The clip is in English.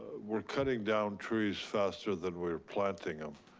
we're cutting down trees faster than we're planting them.